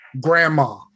grandma